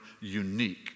unique